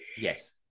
Yes